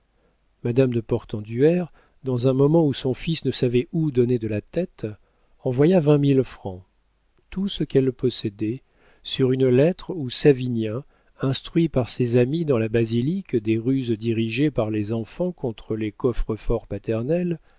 madame de portenduère dans un moment où son fils ne savait où donner de la tête envoya vingt mille francs tout ce qu'elle possédait sur une lettre où savinien instruit par ses amis dans la balistique des ruses dirigées par les enfants contre les coffres-forts paternels